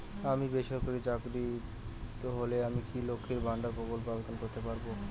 আমি বেসরকারি চাকরিরত হলে আমি কি লক্ষীর ভান্ডার প্রকল্পে আবেদন করতে পারব?